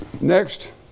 next